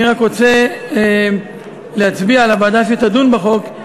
אני רק רוצה להצביע לוועדה שתדון בחוק,